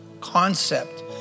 concept